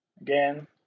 again